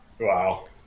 Wow